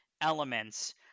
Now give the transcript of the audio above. elements